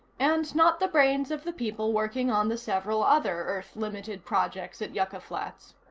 and not the brains of the people working on the several other earth limited projects at yucca flats.